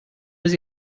was